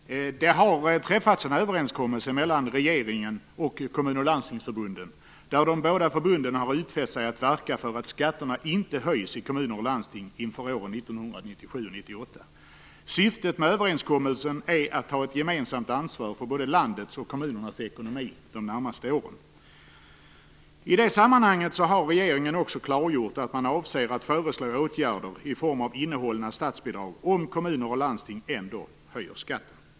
Fru talman! Det har träffats en överenskommelse mellan regeringen och Kommun och Landstingsförbunden där de båda förbunden har utfäst sig att verka för att skatterna inte höjs i kommuner och landsting inför åren 1997 och 1998. Syftet med överenskommelsen är att ta ett gemensamt ansvar för både landets och kommunernas ekonomi de närmaste åren. I det sammanhanget har regeringen också klargjort att man avser att föreslå åtgärder i form av innehållna statsbidrag om kommuner och landsting ändå höjer skatten.